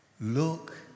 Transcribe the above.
Look